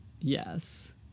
Yes